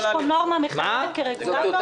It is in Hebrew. יש פה נורמה מחייבת כרגולטור?